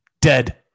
dead